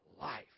life